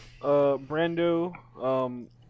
Brando